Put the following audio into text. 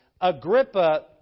Agrippa